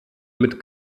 mit